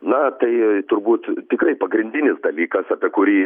na tai turbūt tikrai pagrindinis dalykas apie kurį